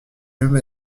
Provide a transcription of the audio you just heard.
même